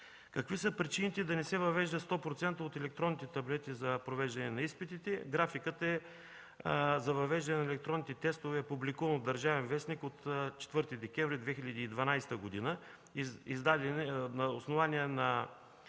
Какви са причините да не се въвеждат 100% електронните таблети за въвеждане на изпитите? Графикът за въвеждане на електронните тестове е публикуван в „Държавен вестник” от 4 декември 2012 г.